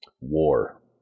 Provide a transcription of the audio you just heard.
war